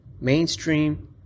mainstream